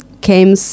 came